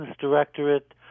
directorate